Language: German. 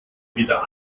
weder